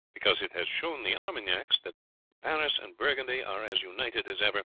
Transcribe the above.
because it has shown the armagnacs that paris and burgundy are as united as ever,